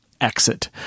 exit